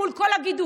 מול כל הגידופים,